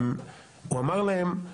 הוא אמר להם,